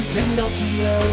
Pinocchio